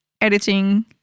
editing